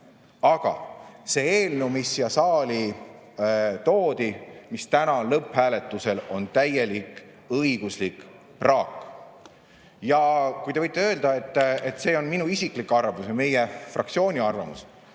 Aga see eelnõu, mis siia saali toodi ja mis täna on lõpphääletusel, on täielik õiguslik praak. Ja kui te ütlete, et see on minu isiklik arvamus või meie fraktsiooni arvamus,